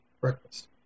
breakfast